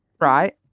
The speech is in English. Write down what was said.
right